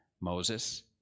Moses